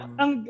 ang